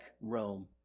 Rome